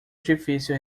difícil